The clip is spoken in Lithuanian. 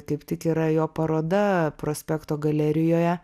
kaip tik yra jo paroda prospekto galerijoje